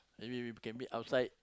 maybe we can meet outside